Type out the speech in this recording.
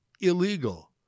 illegal